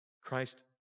Christ